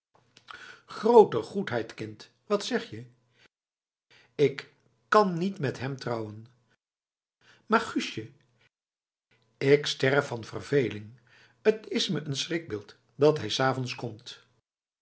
groote goedheid kind wat zeg je ik kan niet met hem trouwen maar guustje ik sterf van verveling t is me een schrikbeeld dat hij s avonds komt